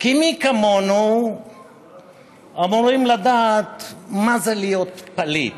כי מי כמונו אמורים לדעת מה זה להיות פליט